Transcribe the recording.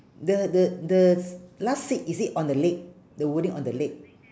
the the the last seat is it on the leg the wording on the leg